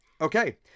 Okay